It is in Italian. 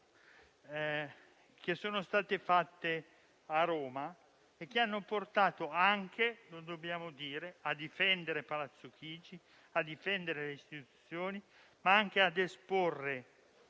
che sono state fatte a Roma e che hanno portato anche - lo dobbiamo dire - a difendere Palazzo Chigi, a difendere le istituzioni, ma anche ad esporre